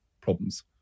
problems